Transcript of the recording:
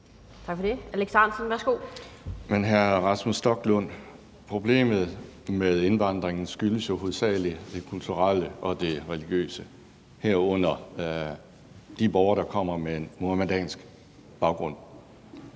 11:33 Alex Ahrendtsen (DF): Men hr. Rasmus Stoklund, problemet med indvandringen skyldes jo hovedsagelig det kulturelle og det religiøse, herunder de borgere, der kommer med en muhammedansk baggrund.